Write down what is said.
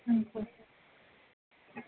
ம் சரி ம்